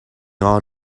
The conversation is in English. all